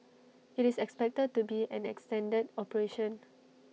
IT is expected to be an extended operation